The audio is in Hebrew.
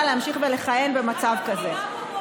למה הבורות?